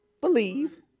believe